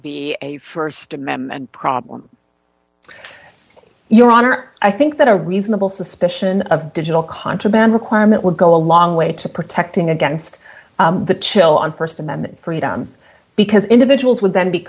be a st amendment problem your honor i think that a reasonable suspicion of digital contraband requirement would go a long way to protecting against the chill on st amendment freedoms because individuals would then be